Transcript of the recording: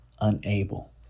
unable